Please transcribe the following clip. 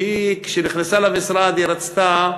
שכשהיא נכנסה למשרד היא רצתה